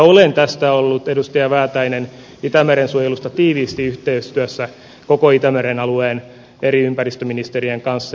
olen tästä itämeren suojelusta ollut edustaja väätäinen tiiviisti yhteistyössä koko itämeren alueen eri ympäristöministerien kanssa